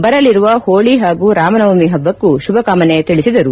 ಬರಲಿರುವ ಹೋಳಿ ಹಾಗೂ ರಾಮನವಮಿ ಹಬ್ಬಕ್ಕೂ ಶುಭಕಾಮನೆ ತಿಳಿಸಿದರು